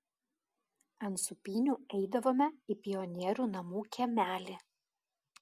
ant sūpynių eidavome į pionierių namų kiemelį